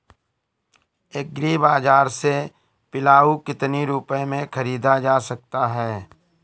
Agree बाजार से पिलाऊ कितनी रुपये में ख़रीदा जा सकता है?